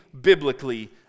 biblically